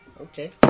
Okay